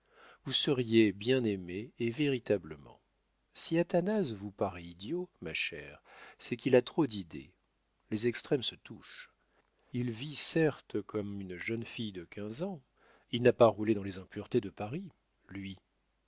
vous seriez bien aimée et véritablement si athanase vous paraît idiot ma chère c'est qu'il a trop d'idées les extrêmes se touchent il vit certes comme une jeune fille de quinze ans il n'a pas roulé dans les impuretés de paris lui